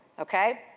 okay